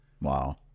Wow